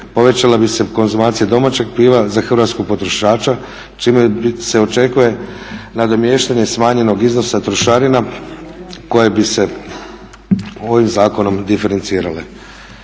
povećala bi se konzumacija domaćeg piva za hrvatskog potrošača čime se očekuje nadomještanje smanjenog iznosa trošarina koje bi se ovim zakonom diferencirale.